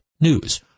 news